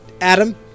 Adam